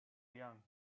young